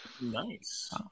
Nice